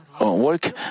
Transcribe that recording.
work